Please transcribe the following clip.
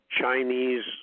Chinese